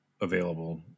available